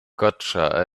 gotcha